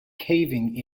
caving